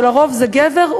ועל-פי רוב זה גבר,